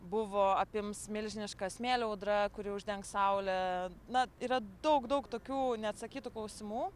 buvo apims milžiniška smėlio audra kuri uždengs saulę na yra daug daug tokių neatsakytų klausimų